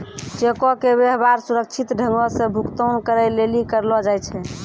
चेको के व्यवहार सुरक्षित ढंगो से भुगतान करै लेली करलो जाय छै